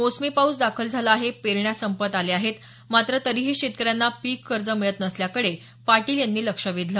मोसमी पाऊस दाखल झाला आहे पेरण्या संपत आल्या आहेत मात्र तरीही शेतकऱ्यांना पीक कर्ज मिळत नसल्याकडे पाटील यांनी लक्ष वेधलं